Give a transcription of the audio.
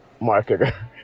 marketer